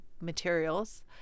materials